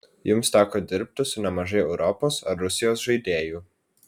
jums teko dirbti su nemažai europos ar rusijos žaidėjų